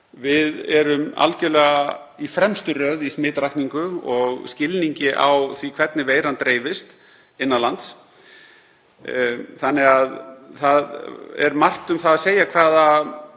Við erum algerlega í fremstu röð í smitrakningu og skilningi á því hvernig veiran dreifist innan lands. Það er því margt um það að segja hvaða